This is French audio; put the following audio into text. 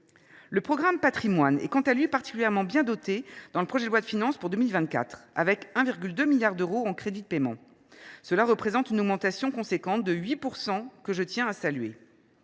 Le programme « Patrimoines » est, quant à lui, particulièrement bien doté dans le projet de loi de finances pour 2024, avec 1,2 milliard d’euros en crédits de paiement. Cela représente une augmentation de 8 %, que je tiens à saluer.